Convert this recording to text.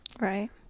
Right